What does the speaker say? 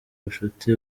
bucuti